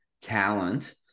talent